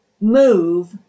move